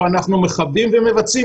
ואנחנו מכבדים ומבצעים,